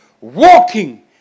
Walking